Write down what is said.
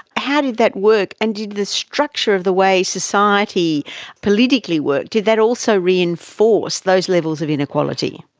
how did that work, and did the structure of the way society politically worked, did that also reinforce those levels of inequality?